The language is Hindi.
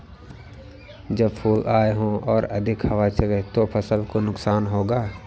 जब फूल आए हों और अधिक हवा चले तो फसल को नुकसान होगा?